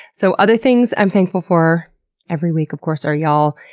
so other things i'm thankful for every week of course are y'all,